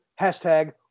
Hashtag